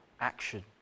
action